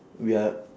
we are